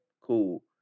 cool